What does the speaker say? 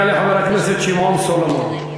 יעלה חבר הכנסת שמעון סולומון,